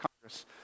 Congress